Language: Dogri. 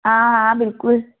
हां हां बिल्कुल